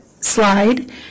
slide